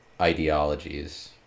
ideologies